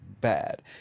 bad